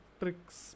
tricks